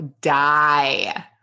die